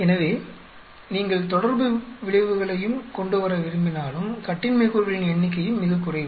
எனவே நீங்கள் தொடர்பு விளைவுகளையும் கொண்டுவர விரும்பினாலும் கட்டின்மை கூறுகளின் எண்ணிக்கையும் மிகக் குறைவு